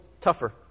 tougher